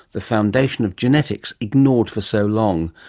the foundation of genetics, ignored for so long?